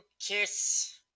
kiss